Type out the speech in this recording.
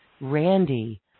Randy